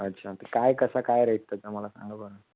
अच्छा काय कसा काय रेट त्याचा मला सांगा बरं